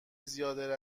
زیاده